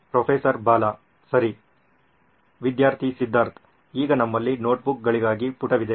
professor Bala ಸರಿ ವಿದ್ಯಾರ್ಥಿ ಸಿದ್ಧರ್ಥ್ ಈಗ ನಮ್ಮಲ್ಲಿ ನೋಟ್ಬುಕ್ ಗಳಿಗಾಗಿ ಪುಟವಿದೆ